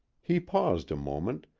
he paused a moment,